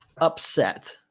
upset